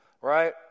Right